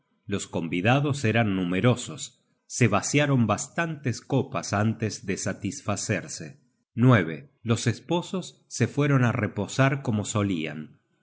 los convidados eran numerosos se vaciaron bastantes copas antes de satisfacerse content from google book search generated at los esposos se fueron á reposar como